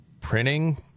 printing